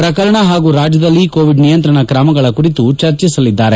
ಪ್ರಕರಣ ಹಾಗೂ ರಾಜ್ಯದಲ್ಲಿ ಕೋವಿಡ್ ನಿಯಂತ್ರಣ ಕ್ರಮಗಳ ಕುರಿತು ಚರ್ಚಿಸಲಿದ್ದಾರೆ